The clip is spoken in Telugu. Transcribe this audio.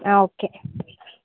ఒకే